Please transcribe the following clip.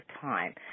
time